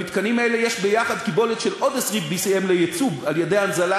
למתקנים האלה יש ביחד קיבולת של עוד 20 BCM ליצוא על-ידי הנזלה,